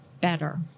better